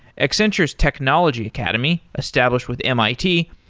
accenture's technology academy, established with mit,